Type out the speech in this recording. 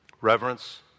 Reverence